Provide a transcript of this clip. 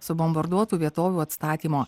subombarduotų vietovių atstatymo